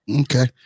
Okay